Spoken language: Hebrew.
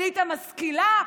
אליטה משכילה,